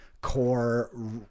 core